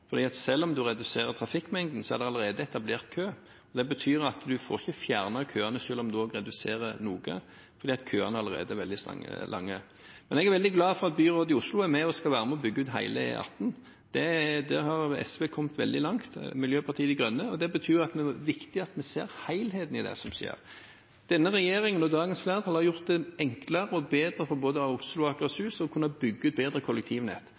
selv om en reduserer trafikkmengden, er det allerede etablert kø. Det betyr at en får ikke fjernet køene selv om en reduserer noe, for køene er allerede veldig lange. Men jeg er veldig glad for at byrådet i Oslo skal være med på å bygge ut hele E18. Der har SV kommet veldig langt – og Miljøpartiet De Grønne. Det betyr at det er viktig at vi ser helheten i det som skjer. Denne regjering, med dagens flertall, har gjort det enklere og bedre for både Oslo og Akershus å kunne bygge bedre kollektivnett.